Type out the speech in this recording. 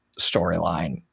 storyline